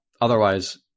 Otherwise